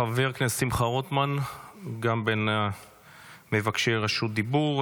חבר הכנסת שמחה רוטמן גם בין מבקשי רשות הדיבור.